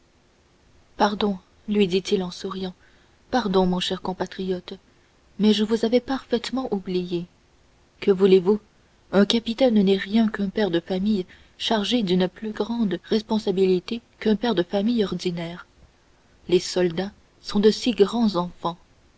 pardon lui dit-il en souriant pardon mon cher compatriote mais je vous avais parfaitement oublié que voulez-vous un capitaine n'est rien qu'un père de famille chargé d'une plus grande responsabilité qu'un père de famille ordinaire les soldats sont de grands enfants